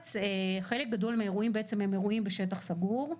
בארץ חלק גדול מהאירועים הם אירועים בשטח סגור.